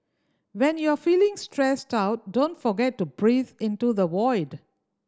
when you are feeling stressed out don't forget to breathe into the void